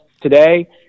today